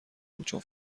بود، چون